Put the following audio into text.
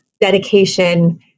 dedication